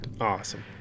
Awesome